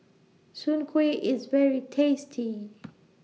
Soon Kway IS very tasty